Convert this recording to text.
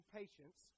patience